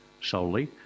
solely